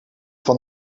van